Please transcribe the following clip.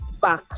back